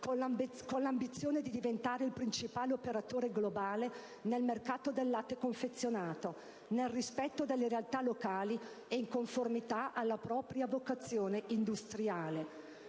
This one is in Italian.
con l'ambizione di diventare il principale operatore globale nel mercato del latte confezionato, nel rispetto delle realtà locali e in conformità alla propria vocazione industriale,